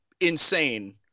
insane